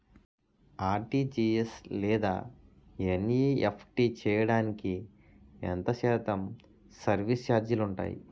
RTGS లేదా NEFT చేయడానికి ఎంత శాతం సర్విస్ ఛార్జీలు ఉంటాయి?